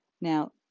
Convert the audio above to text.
Now